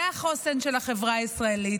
זה החוסן של החברה הישראלית.